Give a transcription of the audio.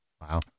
Wow